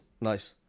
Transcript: nice